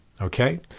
Okay